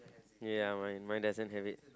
ya mine mine doesn't have it